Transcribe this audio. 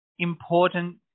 important